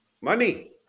money